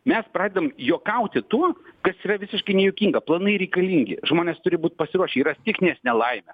mes pradedam juokauti tuo kas yra visiškai nejuokinga planai reikalingi žmonės turi būt pasiruošę yra stichinės nelaimės